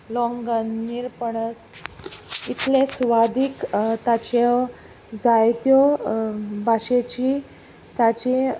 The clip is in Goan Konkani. लोंगन निरपणस इतलें सुवादीक ताच्यो जायत्यो भाशेची ताचे